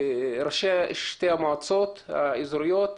ראשי שתי המועצות האזוריות,